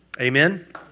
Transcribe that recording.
Amen